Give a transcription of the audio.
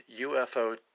UFO